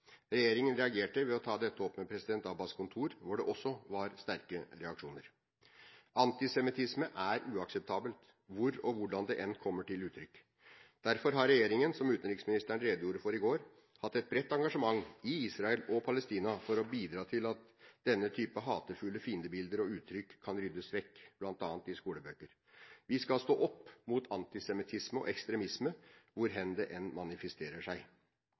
Regjeringen reagerte ved å ta dette opp med president Abbas’ kontor, hvor det også var sterke reaksjoner. Antisemittisme er uakseptabelt, hvor og hvordan det enn kommer til uttrykk. Derfor har regjeringen, som utenriksministeren redegjorde for i går, hatt et bredt engasjement i Israel og Palestina for å bidra til at denne type hatefulle fiendebilder og uttrykk kan ryddes vekk, bl.a. i skolebøker. Vi skal stå opp mot antisemittisme og ekstremisme, hvor det enn manifesterer seg.